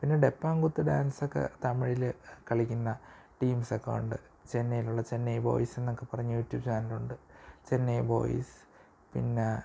പിന്നെ ഡപ്പാംകുത്ത് ഡാൻസൊക്കെ തമിഴിൽ കളിക്കുന്ന ടീംസൊക്കെ ഉണ്ട് ചെന്നൈയിലുള്ള ചെന്നൈ ബോയ്സ് എന്നൊക്കെ പറഞ്ഞ യൂട്യൂബ് ചാനലുണ്ട് ചെന്നൈ ബോയ്സ് പിന്നെ